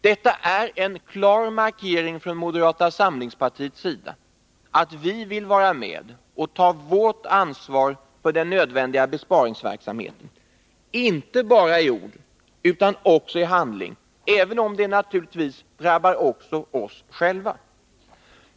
Detta är en klar markering från moderata samlingspartiets sida av att vi vill vara med och ta vårt ansvar för den nödvändiga besparingsverksamheten, inte bara i ord utan också i handling, även om det naturligtvis också drabbar oss själva.